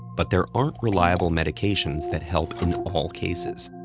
but there aren't reliable medications that help in all cases.